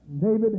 David